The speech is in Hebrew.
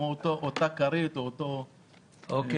כמו אותה כרית או אותו מתקן.